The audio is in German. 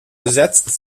besetzt